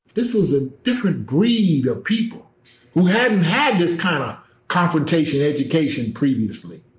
this was a different breed of people who hadn't had this kind of confrontation education previously.